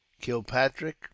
kilpatrick